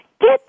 get